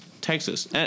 Texas